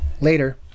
later